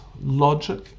logic